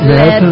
Let